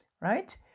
right